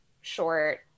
short